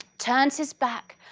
turns his back,